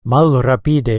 malrapide